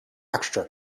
extra